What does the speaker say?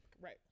right